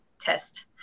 test